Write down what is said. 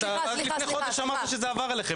אמרת שרק לפני חודש זה עבר אליכם,